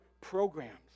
programs